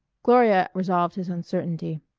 gloria resolved his uncertainty.